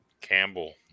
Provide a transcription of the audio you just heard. Campbell